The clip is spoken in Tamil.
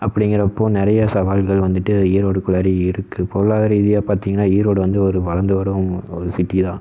அப்படிங்கிறப்போ நிறையா சவால்கள் வந்துட்டு ஈரோடுக்குள்ளாரே இருக்குது பொருளாதார ரீதியாக பார்த்தீங்கனா ஈரோடு வந்து ஒரு வளர்ந்து வரும் ஓ ஒரு சிட்டி தான்